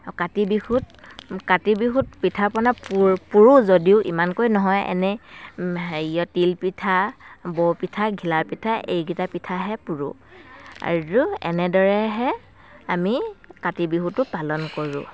কাতি বিহুত কাতি বিহুত পিঠা পনা পু পুৰোঁ যদিও ইমানকৈ নহয় এনেই হেৰিয় তিল পিঠা বৰ পিঠা ঘিলা পিঠা এইকিটা পিঠাহে পুৰোঁ আৰু এনেদৰেহে আমি কাতি বিহুটো পালন কৰোঁ